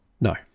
No